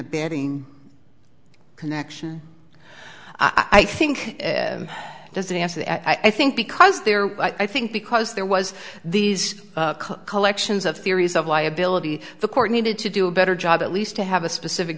abetting connection i think doesn't answer i think because there i think because there was these collections of theories of liability the court needed to do a better job at least to have a specific